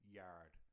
yard